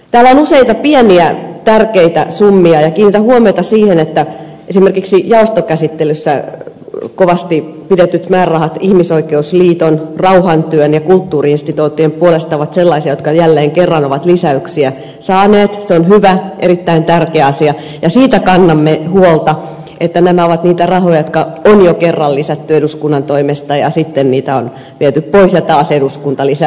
täällä on useita pieniä tärkeitä summia ja kiinnitän huomiota siihen että esimerkiksi jaostokäsittelyssä kovasti pidetyt määrärahat ihmisoikeusliiton rauhantyön ja kulttuuri instituuttien puolesta ovat sellaisia jotka jälleen kerran ovat lisäyksiä saaneet se on hyvä erittäin tärkeä asia ja siitä kannamme huolta että nämä ovat niitä rahoja jotka on jo kerran lisätty eduskunnan toimesta ja sitten viety pois ja taas eduskunta lisää